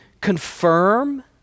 confirm